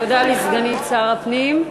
תודה לסגנית שר הפנים.